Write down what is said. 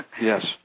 Yes